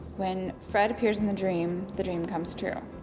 when fred appears in the dream the dream comes true.